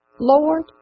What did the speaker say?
Lord